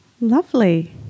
Lovely